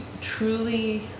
truly